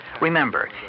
Remember